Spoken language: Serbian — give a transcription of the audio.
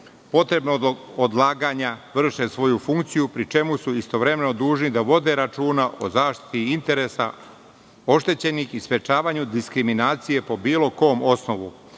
potrebnog odlaganja vrše svoju funkciju, pri čemu su istovremeno dužni da vode računa o zaštiti interesa oštećenih i sprečavanju diskriminacije po bilo kom osnovu. Ovakvo